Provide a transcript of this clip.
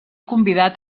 convidat